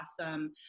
awesome